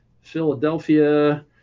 Philadelphia